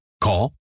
Call